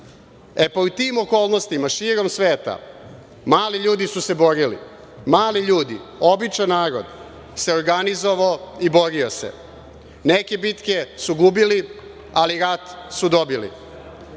pod tim okolnostima širom sveta mali ljudi su se borili, mali ljudi, običan narod se organizovao i borio se. Neke bitke su gubili, ali rat su dobili. Ima